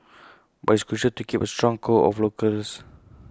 but it's crucial to keep A strong core of locals